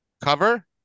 cover